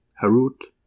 Harut